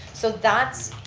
so that's,